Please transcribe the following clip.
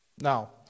Now